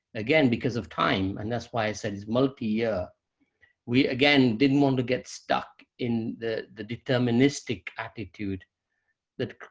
again, because of time and that's why i said it's multi-year we, again, didn't want to get stuck in the the deterministic attitude that,